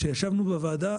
כשישבנו בוועדה,